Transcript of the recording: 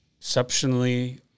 exceptionally